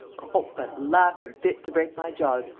oh, but laughing fit to break my jaws,